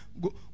go